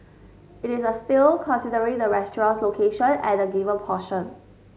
it is a steal considerate the restaurant's location and the given portion